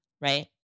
right